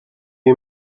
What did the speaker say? you